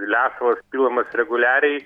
lesalas pilamas reguliariai